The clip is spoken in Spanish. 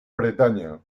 bretaña